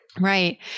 Right